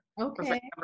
Okay